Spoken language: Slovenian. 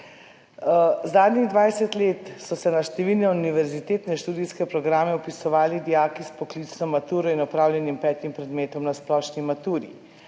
Zadnjih 20 let so se na številne univerzitetne študijske programe vpisovali dijaki s poklicno maturo in opravljenim petim predmetom na splošni maturi.